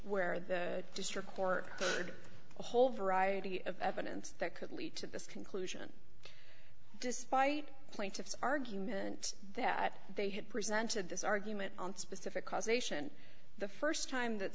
where the district court heard a whole variety of evidence that could lead to this conclusion despite plaintiff's argument that they have presented this argument on specific causation the first time that